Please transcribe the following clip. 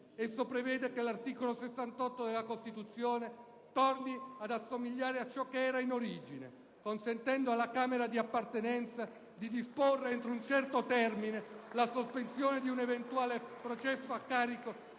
Esso prevede che l'articolo 68 della Costituzione torni ad assomigliare a ciò che era in origine, consentendo alla Camera di appartenenza di disporre entro un certo termine la sospensione di un eventuale processo a carico